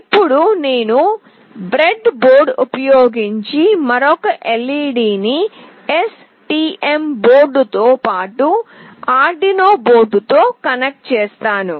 ఇప్పుడు నేను bread board ఉపయోగించి మరొక LED ని S T M బోర్డుతో పాటు ఆర్డ్ యునో బోర్డుతో కనెక్ట్ చేస్తాను